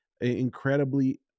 incredibly